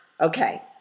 Okay